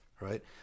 right